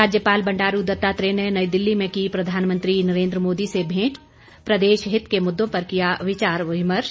राज्यपाल बंडारू दत्तात्रेय ने नई दिल्ली में की प्रधानमंत्री नरेंद्र मोदी से भेंट प्रदेश हित के मुद्दों पर किया विचार विमर्श